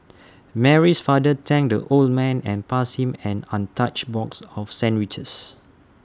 Mary's father thanked the old man and passed him an untouched box of sandwiches